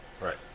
Right